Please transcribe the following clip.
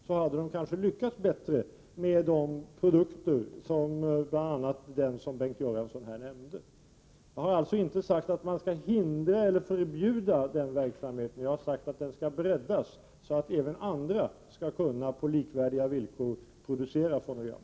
Då hade de kanske lyckats bättre med sina produkter, bl.a. den som Bengt Göransson här nämnde. Jag har alltså inte sagt att man skall hindra eller förbjuda den verksamheten. Jag har sagt att den skall breddas, så att även andra skall kunna producera fonogram på likvärdiga villkor.